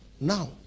now